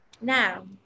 Now